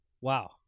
wow